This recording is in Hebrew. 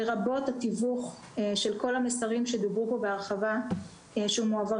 לרבות התיווך של כל המסרים שדיברו פה בהרחבה שמועברים